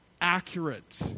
accurate